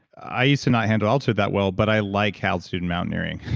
i used to not handle altitude that well, but i like altitude mountaineering.